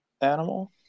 animal